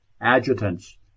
adjutants